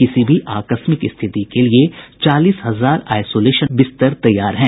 किसी भी आकस्मिक स्थिति के लिए चालीस हजार आइसोलेशन बिस्तर तैयार हैं